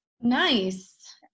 Nice